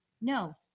No